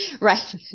Right